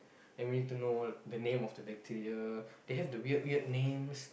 and we need to know the name of the bacteria they have the weird weird names